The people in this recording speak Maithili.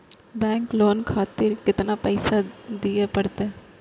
बैंक लोन खातीर केतना पैसा दीये परतें?